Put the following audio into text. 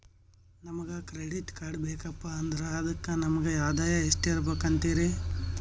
ನಮಗ credit card ಬೇಕಪ್ಪ ಅಂದ್ರ ಅದಕ್ಕ ನಮಗ ಆದಾಯ ಎಷ್ಟಿರಬಕು ಅಂತೀರಿ?